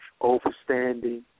overstanding